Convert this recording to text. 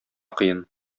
кыен